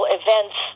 events